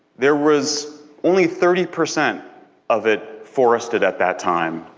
there was only thirty percent of it forested at that time.